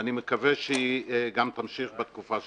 ואני מקווה שתמשיך גם בתקופה שלי.